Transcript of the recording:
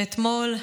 ואתמול,